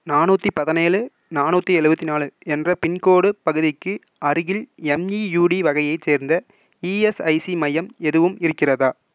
நானூற்றி பதினேழு நானூற்றி எழுவத்தினாலு என்ற பின்கோடு பகுதிக்கு அருகில் எம்இயூடி வகையைச் சேர்ந்த இஎஸ்ஐசி மையம் எதுவும் இருக்கிறதா